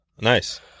Nice